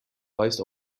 weist